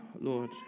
Lord